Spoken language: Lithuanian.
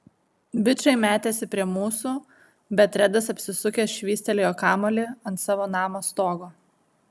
bičai metėsi prie mūsų bet redas apsisukęs švystelėjo kamuolį ant savo namo stogo